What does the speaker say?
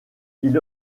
ils